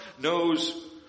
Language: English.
knows